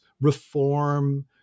reform